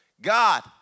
God